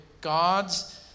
gods